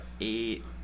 eight